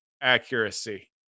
accuracy